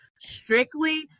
strictly